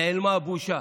נעלמה הבושה.